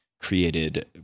created